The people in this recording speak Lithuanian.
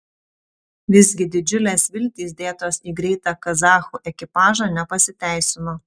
visgi didžiulės viltys dėtos į greitą kazachų ekipažą nepasiteisino